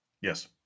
Yes